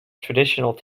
traditional